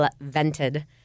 vented